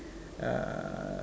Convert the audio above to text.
uh